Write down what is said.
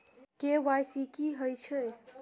KYC की हय छै?